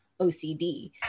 OCD